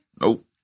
Nope